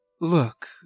Look